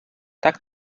tak